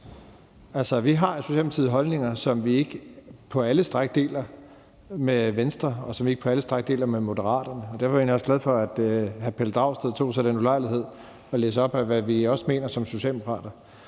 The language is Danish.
vi har i Socialdemokratiet holdninger, som vi ikke på alle stræk deler med Venstre, og som vi ikke på alle stræk deler med Moderaterne. Derfor er jeg egentlig også glad for, at hr. Pelle Dragsted tog sig den ulejlighed at læse op af, hvad vi også mener som Socialdemokrater.